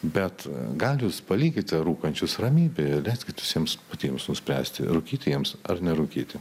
bet gal jūs palikite rūkančius ramybėje leiskit jūs jiems patiems nuspręsti rūkyti jiems ar nerūkyti